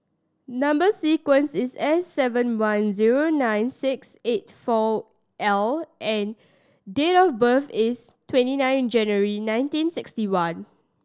number sequence is S seven one zero nine six eight four L and date of birth is twenty nine January nineteen sixty one